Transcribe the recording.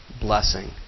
blessing